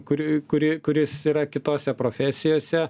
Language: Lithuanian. kur kuri kuris yra kitose profesijose